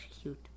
cute